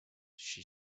she